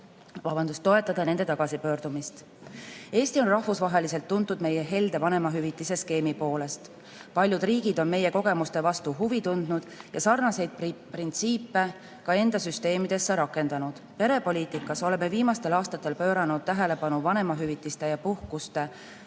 võime toetada nende tagasipöördumist. Eesti on rahvusvaheliselt tuntud helde vanemahüvitise skeemi poolest. Paljud riigid on meie kogemuste vastu huvi tundnud ja sarnaseid printsiipe ka enda süsteemidesse rakendanud. Perepoliitikas oleme viimastel aastatel pööranud tähelepanu vanemahüvitiste ja -puhkuste süsteemi